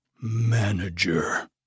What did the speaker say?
manager